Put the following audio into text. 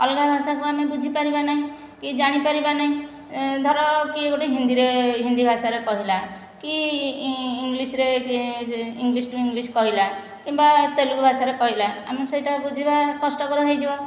ଅଲଗା ଭାଷାକୁ ଆମେ ବୁଝିପାରିବା ନାହିଁ କି ଜାଣିପାରିବା ନାହିଁ ଧର କିଏ ଗୋଟେ ହିନ୍ଦୀରେ ହିନ୍ଦୀ ଭାଷାରେ କହିଲା କି ଇଙ୍ଗ୍ଲିଶରେ ଇଙ୍ଗ୍ଲିଶ ଟୁ ଇଙ୍ଗ୍ଲିଶ କହିଲା କିମ୍ବା ତେଲୁଗୁ ଭାଷାରେ କହିଲା ଆମେ ସେଇଟା ବୁଝିବା କଷ୍ଟକର ହୋଇଯିବ